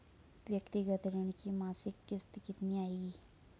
व्यक्तिगत ऋण की मासिक किश्त कितनी आएगी?